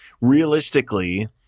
Realistically